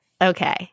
Okay